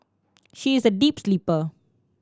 she is a deep sleeper